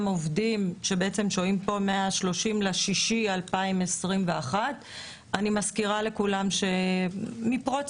עובדים שבעצם שוהים פה מאז ה-30 ליוני 2021. אני מזכירה לכולם שמאז פרוץ